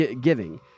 giving